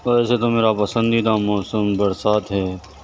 ویسے تو میرا پسندیدہ موسم برسات ہے